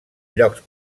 llocs